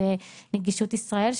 את נגישות ישראל,